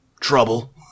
trouble